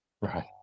Right